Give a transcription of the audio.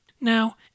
Now